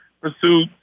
pursued